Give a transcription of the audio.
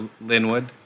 Linwood